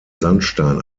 sandstein